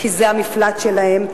כי זה המפלט שלהם,